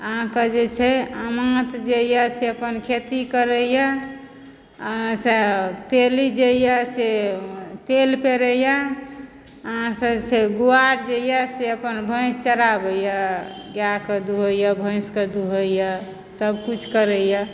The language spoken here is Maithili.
अहाँके जे छै अमाँत जे यऽ से अपन खेती करयए आ से तेली जे यऽ से तेल पेरय आ से छै गुआर जे यऽ से अपन भैंस चराबयए गायके दुहयए भैंसके दुहयए सभकिछु करयए